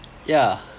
yeah